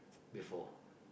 before